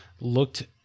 looked